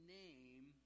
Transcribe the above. name